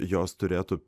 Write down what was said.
jos turėtų